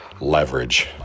Leverage